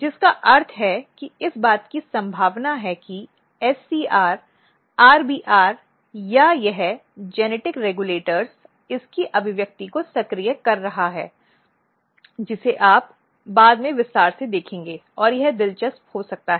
जिसका अर्थ है कि इस बात की संभावना है कि SCR RBR या यह जेनेटिक रेगुलेटर्स इसकी अभिव्यक्ति को सक्रिय कर रहा है जिसे आप बाद में विस्तार से देखेंगे और यह दिलचस्प हो सकता है